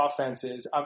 offenses